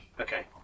okay